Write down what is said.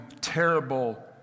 terrible